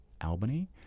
Albany